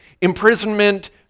imprisonment